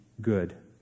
good